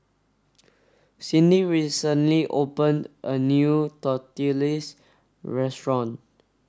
Cyndi recently open a new Tortillas restaurant